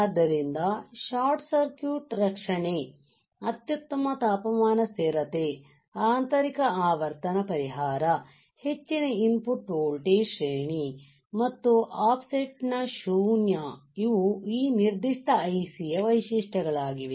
ಆದ್ದರಿಂದ short circuit ರಕ್ಷಣೆ ಅತ್ಯುತ್ತಮ ತಾಪಮಾನ ಸ್ಥಿರತೆ ಆಂತರಿಕ ಆವರ್ತನ ಪರಿಹಾರ ಹೆಚ್ಚಿನ ಇನ್ ಪುಟ್ ವೋಲ್ಟೇಜ್ ಶ್ರೇಣಿ ಮತ್ತು ಆಫ್ ಸೆಟ್ ನ ಶೂನ್ಯ ಇವು ಈ ನಿರ್ದಿಷ್ಟ I C ಯ ವೈಶಿಷ್ಟ್ಯಗಳಾಗಿವೆ